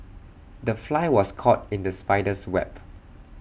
the fly was caught in the spider's web